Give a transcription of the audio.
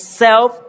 self